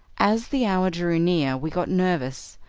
as the hour drew near we got nervous,